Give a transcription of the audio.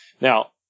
Now